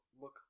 look